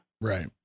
Right